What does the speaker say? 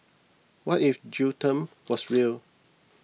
what if jail term was real